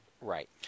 Right